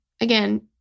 Again